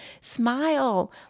Smile